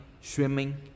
swimming